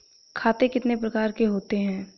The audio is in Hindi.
खाते कितने प्रकार के होते हैं?